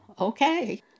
okay